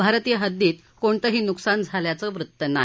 भारतीय हद्दीत कोणतही नुकसान झाल्याचं वृत्त नाही